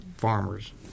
farmers